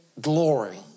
glory